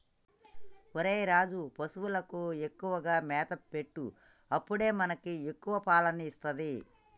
ఒరేయ్ రాజు, పశువులకు ఎక్కువగా మేత పెట్టు అప్పుడే మనకి ఎక్కువ పాలని ఇస్తది